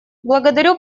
благодарю